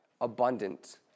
abundant